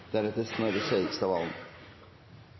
høst. Snorre Serigstad Valen